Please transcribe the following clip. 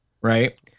Right